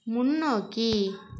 முன்னோக்கி